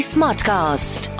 Smartcast